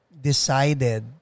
decided